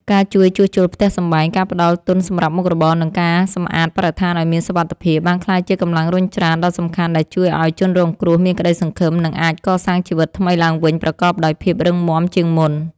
ការជួយជួសជុលផ្ទះសម្បែង ការផ្ដល់ទុនសម្រាប់មុខរបរ និងការសម្អាតបរិស្ថានឱ្យមានសុវត្ថិភាព បានក្លាយជាកម្លាំងរុញច្រានដ៏សំខាន់ដែលជួយឱ្យជនរងគ្រោះមានក្ដីសង្ឃឹម និងអាចកសាងជីវិតថ្មីឡើងវិញប្រកបដោយភាពរឹងមាំជាងមុន។